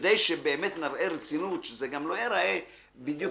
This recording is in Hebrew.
כדי שבאמת נראה רצינות שזה גם לא ייראה בדיוק